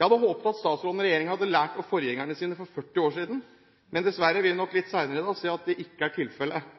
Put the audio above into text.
Jeg hadde håpet at statsråden og regjeringen hadde lært av forgjengerne sine for 40 år siden, men dessverre vil vi nok litt senere i dag se at det ikke er tilfellet.